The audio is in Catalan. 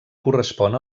correspon